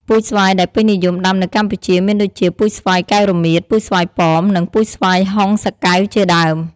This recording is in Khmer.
ពូជស្វាយដែលពេញនិយមដាំនៅកម្ពុជាមានដូចជា ពូជស្វាយកែវរមៀត ពូជស្វាយប៉ោម និងពូជស្វាយហុងសាកែវ ជាដើម។